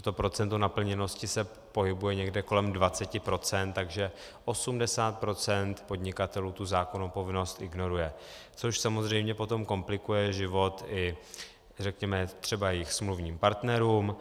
To procento naplněnosti se pohybuje někde kolem 20 %, takže 80 % podnikatelů tu zákonnou povinnost ignoruje, což samozřejmě potom komplikuje život i řekněme třeba jejich smluvním partnerům.